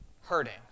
hurting